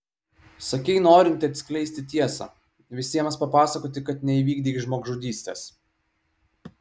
sakei norinti atskleisti tiesą visiems papasakoti kad neįvykdei žmogžudystės